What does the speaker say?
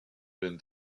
been